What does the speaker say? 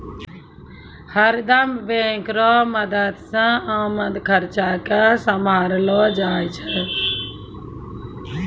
हरदम बैंक रो मदद से आमद खर्चा के सम्हारलो जाय छै